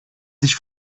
sich